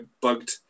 bugged